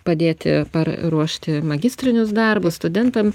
padėti paruošti magistrinius darbus studentam